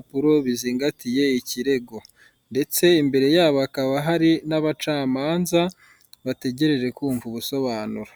kimwe gifite ikarita y'ikirango k'ibinyabiziga, gifite inyuguti ra na pa nomero magana abiri na makumyabiri na kane na.